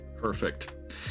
Perfect